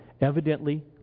Evidently